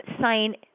sign